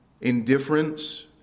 indifference